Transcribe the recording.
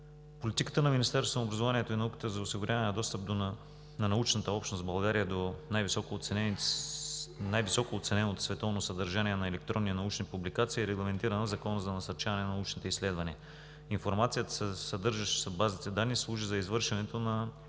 Политиката на Министерството на образованието и науката за осигуряване на достъп на научната общност в България до най-високо оцененото световно съдържание на електронни и научни публикации е регламентирана в Закона за насърчаване на научните изследвания. Информацията, съдържаща се в базата данни, служи за извършването на